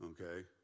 Okay